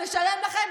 לשלם לכם.